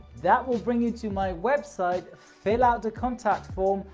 that will bring you to my website fill out the contact form.